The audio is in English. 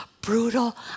brutal